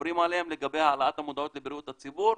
מדברים עליהם לגבי העלאת המודעות לבריאות הציבור.